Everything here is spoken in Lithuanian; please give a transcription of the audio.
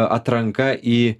atranka į